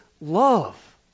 love